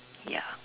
ya